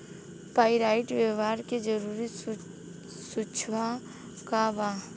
Pyrite व्यवहार के जरूरी सुझाव का वा?